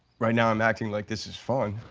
right now i'm acting like this is fun.